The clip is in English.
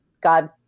God